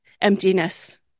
emptiness